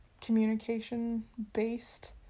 communication-based